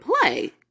play